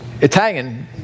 Italian